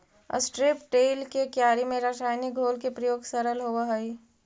strip till के क्यारि में रसायनिक घोल के प्रयोग सरल होवऽ हई